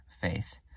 faith